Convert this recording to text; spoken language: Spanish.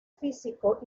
físico